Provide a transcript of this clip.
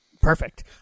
Perfect